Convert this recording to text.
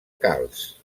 calç